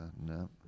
No